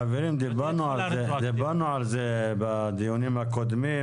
דיברנו על זה בדיונים הקודמים,